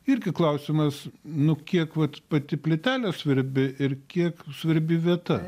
irgi klausimas nu kiek vat pati plytelė svarbi ir kiek svarbi vieta